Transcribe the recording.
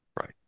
right